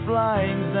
Flying